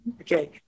Okay